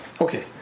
Okay